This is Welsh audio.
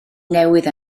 newydd